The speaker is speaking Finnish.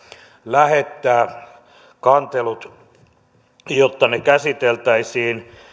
lähettää jotta ne käsiteltäisiin